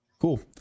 Cool